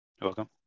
welcome